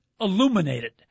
illuminated